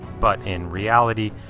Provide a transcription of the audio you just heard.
but in reality,